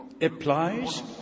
applies